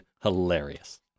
hilarious